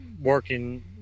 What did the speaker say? working